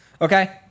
Okay